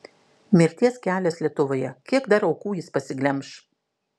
mirties kelias lietuvoje kiek dar aukų jis pasiglemš